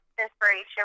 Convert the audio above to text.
inspiration